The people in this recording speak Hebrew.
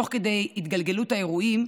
תוך כדי התגלגלות האירועים,